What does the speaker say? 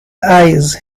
eyes